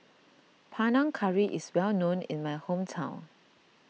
Panang Curry is well known in my hometown